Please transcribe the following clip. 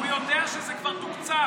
והוא יודע שזה כבר תוקצב.